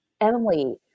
Emily